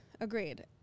Agreed